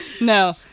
no